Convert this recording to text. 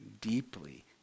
deeply